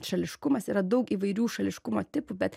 šališkumas yra daug įvairių šališkumo tipų bet